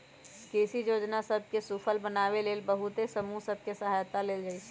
कृषि जोजना सभ के सूफल बनाबे लेल बहुते समूह सभ के सहायता लेल जाइ छइ